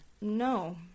No